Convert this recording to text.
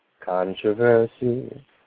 Controversy